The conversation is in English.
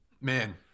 Man